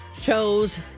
shows